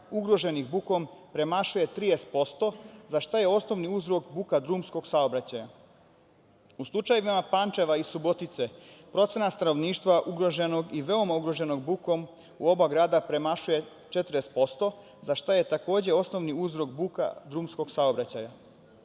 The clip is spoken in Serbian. ugroženih bukom premašuje 30% za šta je osnovni uzrok buka drumskog saobraćaja. U slučajevima Pančeva i Subotice, procena stanovništva ugroženog i veoma ugroženog bukom u oba grada premašuje 40% za šta je takođe osnovni uzrok buka drumskog saobraćaja. Monitoring